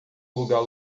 lugar